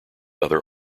other